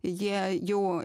jie jau